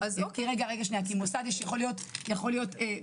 כי מוסד יכול להיות פנימייה.